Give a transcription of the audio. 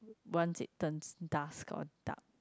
once it turns dark or dark